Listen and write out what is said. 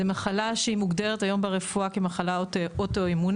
זו מחלה שמוגדרת היום ברפואה כמחלה אוטואימונית,